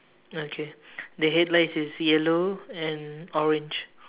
okay the headlights is yellow and orange